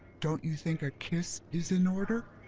don't you think a kiss is in order?